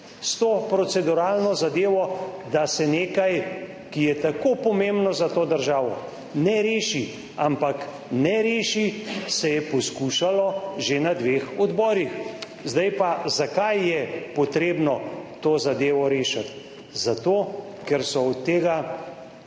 S to proceduralno zadevo, da se nekaj, ker je tako pomembno za to državo ne reši, ampak ne rešiti se je poskušalo že na dveh odborih. Zakaj je potrebno to zadevo rešiti? Zato ker so od tega